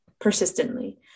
persistently